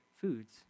foods